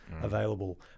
available